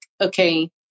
okay